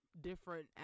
different